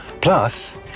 Plus